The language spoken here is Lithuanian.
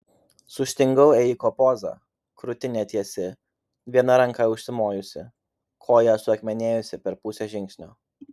sustingau ėjiko poza krūtinė tiesi viena ranka užsimojusi koja suakmenėjusi per pusę žingsnio